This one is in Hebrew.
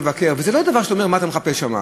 זה לא דבר שאתה אומר: מה אתה מחפש שם.